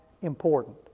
important